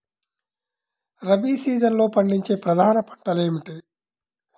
రబీ సీజన్లో పండించే ప్రధాన పంటలు ఏమిటీ?